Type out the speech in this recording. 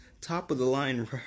top-of-the-line